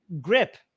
grip